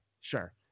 sure